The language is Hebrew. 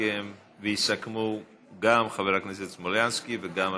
ויסכמו גם חבר הכנסת סלומינסקי וגם ענת.